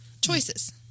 Choices